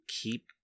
keep